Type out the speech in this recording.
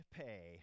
pay